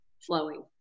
Flowing